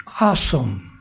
awesome